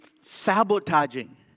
sabotaging